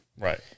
Right